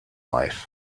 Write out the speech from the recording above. life